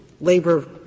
Labor